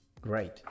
Great